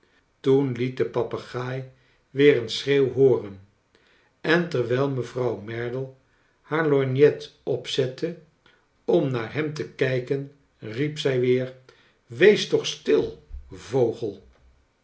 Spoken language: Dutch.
toen liet de papegaai weer een schreeuw hooren en terwijl mevrouw merdle haar lorgneb opzette om naar hem te kijken riep zij weer wees toch stil vogell